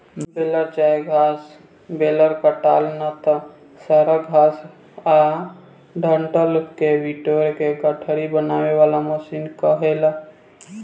baler चाहे घास baler काटल ना त सड़ल घास आ डंठल के बिटोर के गठरी बनावे वाला मशीन के कहाला